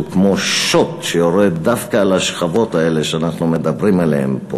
שהוא כמו שוט שיורד דווקא על השכבות האלה שאנחנו מדברים עליהן פה,